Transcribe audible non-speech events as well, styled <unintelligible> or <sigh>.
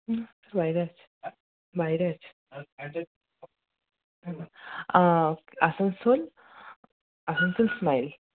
লাইনে আছি লাইনে আছি <unintelligible> আসানসোল আসানসোল স্মাইল